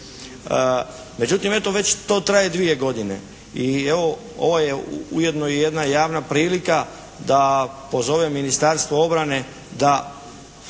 Međutim eto to već traje dvije godine. I evo ovo je ujedno i jedna javna prilika da pozovem Ministarstvo obrane da